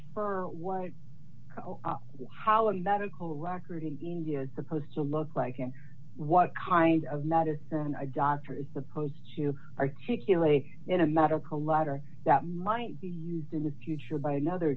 infer what how a medical record in india is supposed to look like and what kind of medicine a doctor is supposed to articulate in a medical letter that might be used in the future by another